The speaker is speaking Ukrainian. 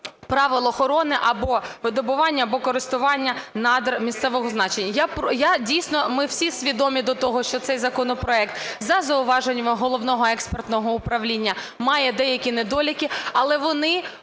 правил охорони, або видобування, або користування надрами місцевого значення. Дійсно, ми всі свідомі до того, що цей законопроект за зауваженнями Головного експертного управління має деякі недоліки, але вони